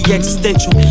existential